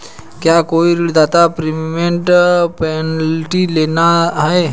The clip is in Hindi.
क्या कोई ऋणदाता प्रीपेमेंट पेनल्टी लेता है?